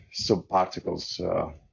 subparticles